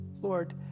Lord